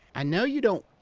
i know you don't.